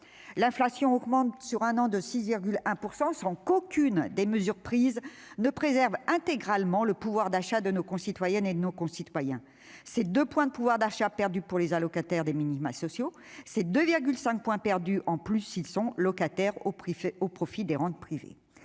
l'inflation augmente sur un an de 6,1 %, sans qu'aucune des mesures prises préserve intégralement le pouvoir d'achat de nos concitoyennes et de nos concitoyens. Ce sont 2 points de pouvoir d'achat perdus pour les allocataires des minima sociaux. Ce sont 2,5 points perdus en plus s'ils sont locataires, au profit des rentes privées.